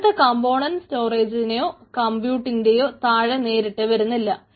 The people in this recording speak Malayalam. അടുത്ത കംപോണന്റ് സ്റ്റോറേജിന്റേയോ കമ്പ്യൂട്ടിന്റേയോ താഴെ നേരിട്ട് വരുന്നില്ല